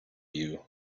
you